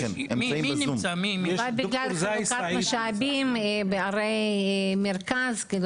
גם לגבי חלוקת משאבים בערי המרכז.